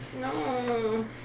No